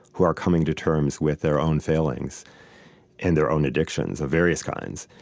who are coming to terms with their own failings and their own addictions of various kinds,